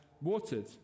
watered